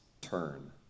turn